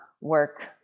work